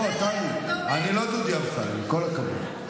טלי, אני לא דודי אמסלם, עם כל הכבוד.